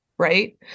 Right